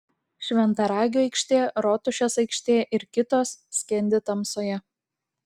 šventaragio aikštė rotušės aikštė ir kitos skendi tamsoje